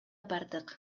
бардык